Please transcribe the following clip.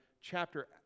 chapter